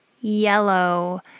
yellow